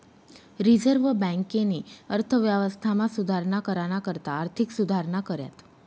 reserve बँकेनी अर्थव्यवस्थामा सुधारणा कराना करता आर्थिक सुधारणा कऱ्यात